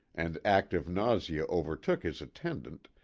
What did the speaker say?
and active nausea overtook his attend ant,